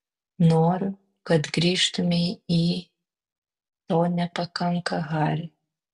noriu kad grįžtumei į to nepakanka hari